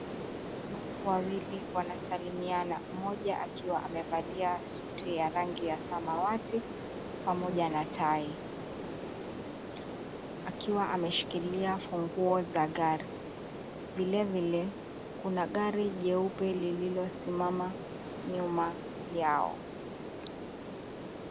Watu wawili wanasalimiana mmoja akiwa amevalia suti ya rangi ya samawati pamoja na tai akiwa ameshikilia funguo za gari. Vilevile kuna gari jeupe lililosimama nyuma yao.